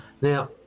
Now